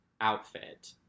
outfit